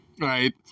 right